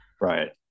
right